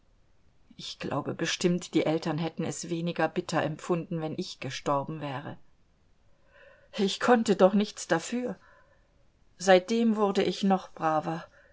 ich glaube bestimmt die eltern hätten es weniger bitter empfunden wenn ich gestorben wäre ich konnte doch nichts dafür seitdem wurde ich noch braver